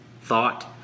thought